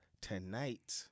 tonight